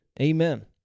amen